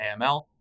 AML